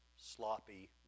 sloppy